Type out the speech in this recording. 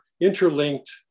interlinked